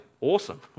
awesome